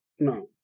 No